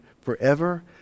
forever